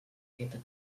aquest